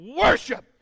worship